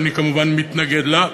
ואני כמובן מתנגד לה.